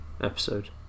episode